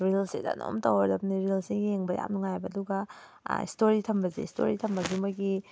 ꯔꯤꯜꯁꯁꯤꯗ ꯑꯗꯨꯝ ꯇꯧꯔ ꯂꯩꯕꯅꯤ ꯔꯤꯜꯁꯁꯤ ꯌꯦꯡꯕ ꯌꯥꯝ ꯅꯨꯡꯉꯥꯏꯑꯕ ꯑꯗꯨꯒ ꯏꯁꯇꯣꯔꯤ ꯊꯝꯕꯁꯦ ꯏꯁꯇꯣꯔꯤ ꯊꯝꯕꯁꯦ ꯃꯣꯏꯒꯤ